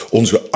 onze